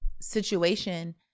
situation